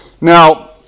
Now